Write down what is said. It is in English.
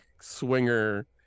swinger